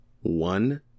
one